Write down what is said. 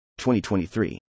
2023